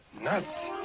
nuts